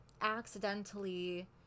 accidentally